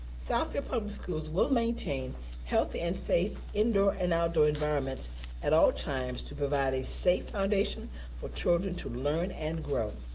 southfield public schools will maintain healthy and safe indoor and outdoor environments at all times to provide a safe foundation for children to learn and grow.